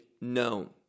known